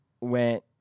went